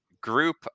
group